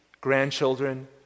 grandchildren